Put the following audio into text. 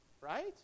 Right